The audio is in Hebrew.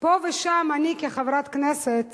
פה ושם אני כחברת כנסת